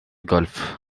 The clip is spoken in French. golf